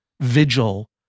vigil